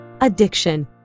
addiction